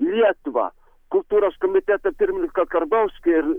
lietuvą kultūros komiteto pirmininko karbauskio ir